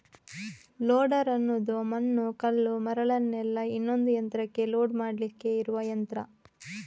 loader ಅನ್ನುದು ಮಣ್ಣು, ಕಲ್ಲು, ಮರಳನ್ನೆಲ್ಲ ಇನ್ನೊಂದು ಯಂತ್ರಕ್ಕೆ ಲೋಡ್ ಮಾಡ್ಲಿಕ್ಕೆ ಇರುವ ಯಂತ್ರ